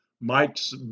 Mike's